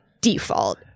default